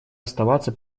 оставаться